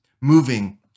moving